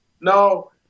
No